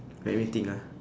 let me think ah